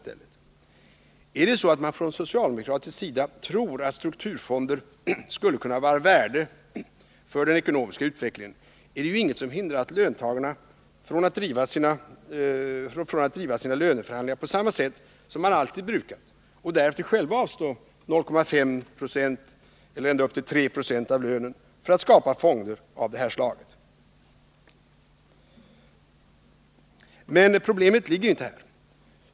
Om man från socialdemokratisk sida tror att strukturfonder skulle kunna vara av värde för den ekonomiska utvecklingen, är det ju inget som hindrar löntagarna från att driva sina löneförhandlingar på samma sätt som man alltid har brukat och därefter själva avstå 0,5 96 eller ända upp till 3 20 av lönen för att skapa fonder av det här slaget. Men problemet ligger inte här.